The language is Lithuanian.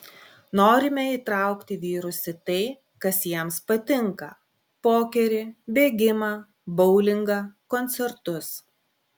norime įtraukti vyrus į tai kas jiems patinka pokerį bėgimą boulingą koncertus